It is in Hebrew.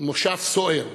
מושב סוער,